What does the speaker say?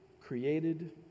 created